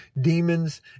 demons